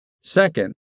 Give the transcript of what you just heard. Second